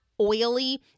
oily